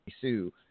Sue